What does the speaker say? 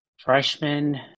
freshman